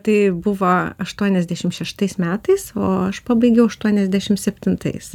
tai buvo aštuoniasdešim šeštais metais o aš pabaigiau aštuoniasdešim septintais